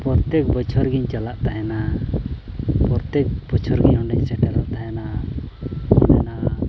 ᱯᱨᱚᱛᱮᱠ ᱵᱚᱪᱷᱚᱨ ᱜᱤᱧ ᱪᱟᱞᱟᱜ ᱛᱟᱦᱮᱱᱟ ᱯᱨᱚᱛᱮᱠ ᱵᱚᱪᱷᱚᱨ ᱜᱮ ᱚᱸᱰᱮᱧ ᱥᱮᱴᱮᱨᱚᱜ ᱛᱟᱦᱮᱱᱟ ᱚᱸᱰᱮᱱᱟᱜ